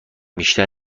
بیشتر